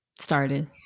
started